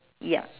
ya